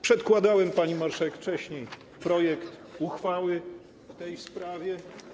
Przedkładałem, pani marszałek, wcześniej projekt uchwały w tej sprawie.